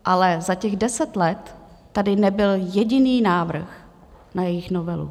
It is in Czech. Ale za těch deset let tady nebyl jediný návrh na jejich novelu.